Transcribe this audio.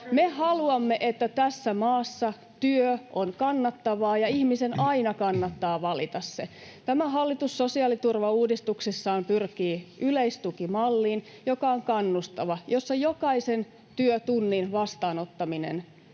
Me haluamme, että tässä maassa työ on kannattavaa ja ihmisen aina kannattaa valita se. Tämä hallitus sosiaaliturvauudistuksessaan pyrkii yleistukimalliin, joka on kannustava, jossa jokaisen työtunnin vastaanottaminen on